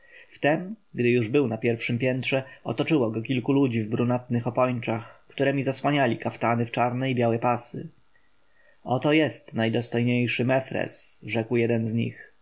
wtem gdy już był na pierwszem piętrze otoczyło go kilku ludzi w brunatnych opończach któremi zasłaniali kaftany w czarne i białe pasy oto jest najdostojniejszy mefres rzekł jeden z nich